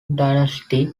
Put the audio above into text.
dynasty